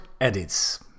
edits